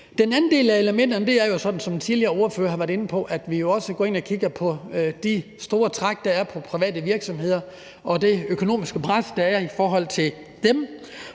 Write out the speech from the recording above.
ordfører har været inde på, at vi også går ind og kigger på de store træk, der er på private virksomheder, og det økonomiske pres, der er i forhold til dem.